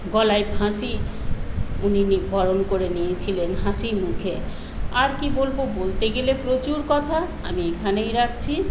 গলায় ফাঁসি উনি বরণ করে নিয়েছিলেন হাসি মুখে আর কি বলবো বলতে গেলে প্রচুর কথা আমি এইখানেই রাখছি